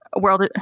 world